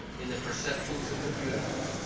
in the perceptions of the beautiful,